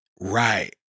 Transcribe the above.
right